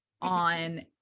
on